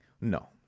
No